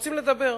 רוצים לדבר.